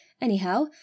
Anyhow